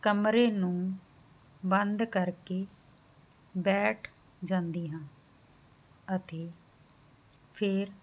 ਕਮਰੇ ਨੂੰ ਬੰਦ ਕਰਕੇ ਬੈਠ ਜਾਂਦੀ ਹਾਂ ਅਤੇ ਫੇਰ